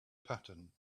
pattern